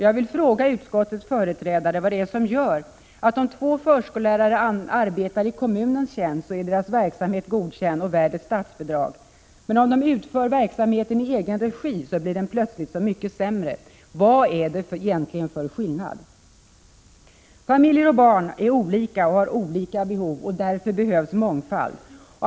Jag vill fråga utskottets företrädare vad det är som gör att om två förskollärare arbetar i kommunens tjänst, är deras verksamhet godkänd och värd ett statsbidrag, men att verksamheten plötsligt blir så mycket sämre om de utför den i egen regi. Vad är det egentligen för skillnad? Familjer och barn är olika och har olika behov. Därför behövs mångfald.